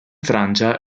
francia